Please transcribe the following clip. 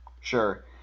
Sure